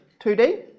2D